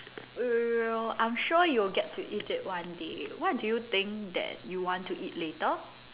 we will I'm sure you'll get to eat it one day what do you think that you want to eat later